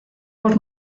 por